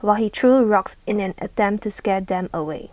while he threw rocks in an attempt to scare them away